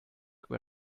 über